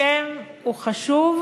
השם הוא חשוב,